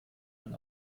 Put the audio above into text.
ein